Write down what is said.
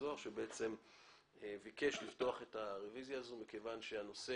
זוהר שבעצם ביקש לפתוח את הרביזיה הזו מכיוון שהנושא